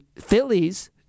Phillies